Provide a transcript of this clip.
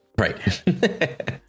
Right